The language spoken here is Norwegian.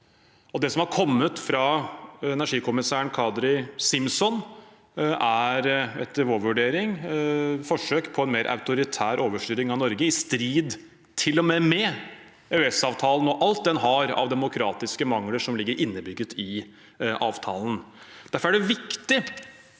Det som har kommet fra energikommissær Kadri Simson, er etter vår vurdering et forsøk på en mer autoritær overstyring av Norge, i strid med til og med EØS-avtalen, med alt den har av demokratiske mangler som ligger innebygget i avtalen. Derfor er det viktig